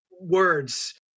words